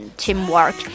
teamwork